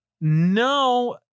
No